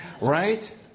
Right